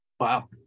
Wow